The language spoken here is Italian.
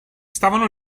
stavano